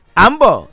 ambo